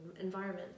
environment